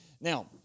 Now